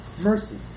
mercy